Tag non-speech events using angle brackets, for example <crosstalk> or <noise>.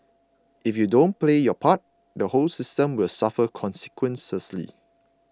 if you don't play your part the whole system will suffer consequences <unintelligible>